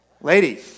Ladies